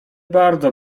bardzo